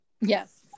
yes